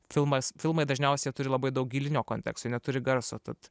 filmas filmai dažniausiai turi labai daug gilinio konteksto neturi garso tad